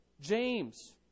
james